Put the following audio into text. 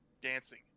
dancing